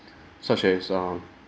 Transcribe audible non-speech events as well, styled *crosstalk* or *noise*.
*breath* such as um